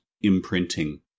imprinting